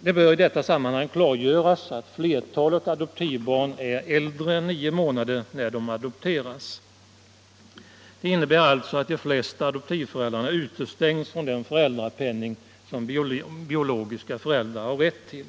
Det bör i detta sammanhang klargöras att de flesta adoptivbarn är äldre än nio månader när de adopteras. Det innebär alltså att de flesta adoptivföräldrar utestängs från den föräldrapenning som biologiska föräldrar har rätt till.